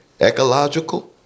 ecological